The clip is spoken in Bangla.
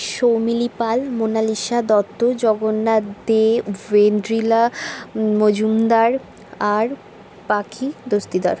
সৌমিলি পাল মোনালিসা দত্ত জগন্নাত দে ওয়েন্দ্রিলা মজুমদার আর পাখি দস্তিদার